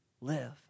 live